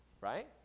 right